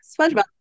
SpongeBob